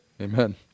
Amen